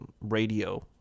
radio